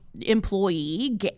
Employee